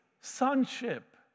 sonship